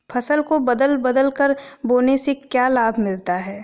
फसल को बदल बदल कर बोने से क्या लाभ मिलता है?